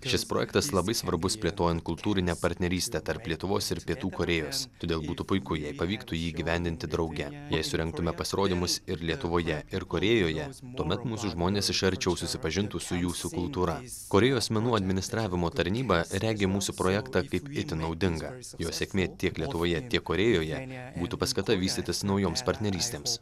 šis projektas labai svarbus plėtojant kultūrinę partnerystę tarp lietuvos ir pietų korėjos todėl būtų puiku jei pavyktų jį įgyvendinti drauge jei surengtume pasirodymus ir lietuvoje ir korėjoje tuomet mūsų žmonės iš arčiau susipažintų su jūsų kultūra korėjos menų administravimo tarnyba regi mūsų projektą kaip itin naudingą jo sėkmė tiek lietuvoje tiek korėjoje būtų paskata vystytis naujoms partnerystėms